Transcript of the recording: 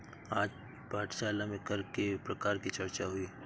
आज पाठशाला में कर के प्रकार की चर्चा हुई